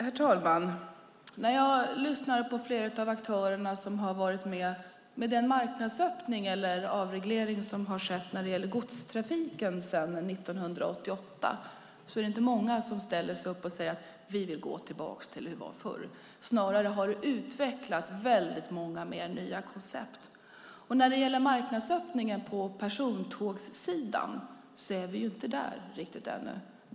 Herr talman! När jag lyssnar på flera av aktörerna som varit med i den marknadsöppning eller avreglering som skett när det gäller godstrafiken sedan 1988 är det inte många som ställer sig upp och säger att de vill gå tillbaka till hur det var förr. Det har utvecklats väldigt många mer nya koncept. När det gäller marknadsöppningen på persontågssidan är vi ännu inte riktigt där.